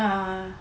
ah